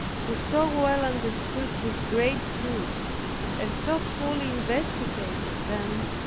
who so well understood these great truths and so fully investigated them,